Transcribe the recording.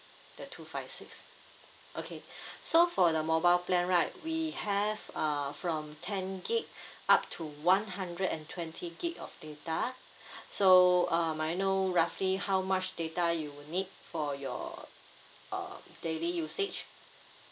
the two five six okay so for the mobile plan right we have uh from ten gig up to one hundred and twenty gig of data so uh may I know roughly how much data you will need for your uh daily usage